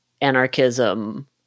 anarchism